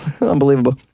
Unbelievable